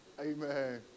amen